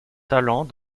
talent